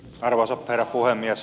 arvoisa herra puhemies